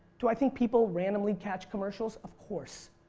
do i think people randomly catch commercials? of course.